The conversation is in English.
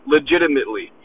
Legitimately